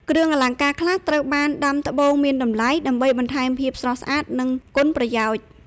គ្រឿងអលង្ការខ្លះត្រូវបានដាំត្បូងមានតម្លៃ ដើម្បីបន្ថែមភាពស្រស់ស្អាត និងគុណប្រយោជន៍។